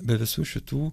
be visų šitų